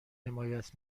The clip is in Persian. حمایت